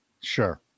Sure